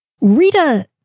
Rita